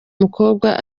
mukobwa